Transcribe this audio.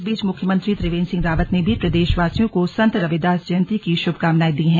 इस बीच मुख्यमंत्री त्रिवेन्द्र सिंह रावत ने भी प्रदेश वासियों को संत रविदास जयंती की श्भकामनाएं दी हैं